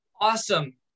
Awesome